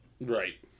Right